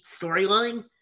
storyline